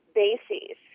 bases